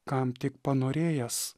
kam tik panorėjęs